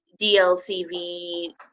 DLCV